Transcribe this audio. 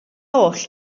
oll